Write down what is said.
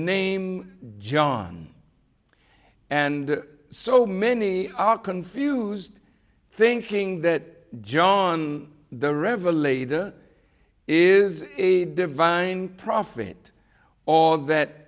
name john and so many are confused thinking that john the revelator is a divine prophet all that